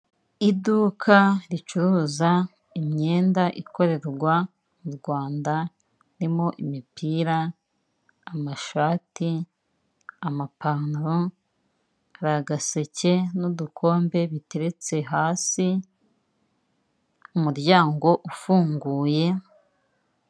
Iduka ricuruza imyenda ikorerwa mu Rwanda harimo imipira, amashati, amapantaro, hari agaseke n'udukombe biteretse hasi, umuryango ufunguye.